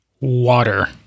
Water